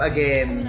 Again